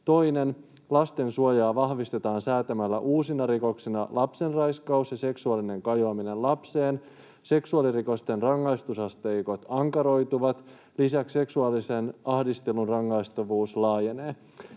Toinen: lasten suojaa vahvistetaan säätämällä uusina rikoksina lapsenraiskaus ja seksuaalinen kajoaminen lapseen. Seksuaalirikosten rangaistusasteikot ankaroituvat. Lisäksi seksuaalisen ahdistelun rangaistavuus laajenee.